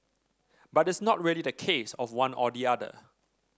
but it's not really the case of one or the other